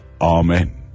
Amen